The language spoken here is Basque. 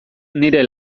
nire